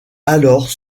alors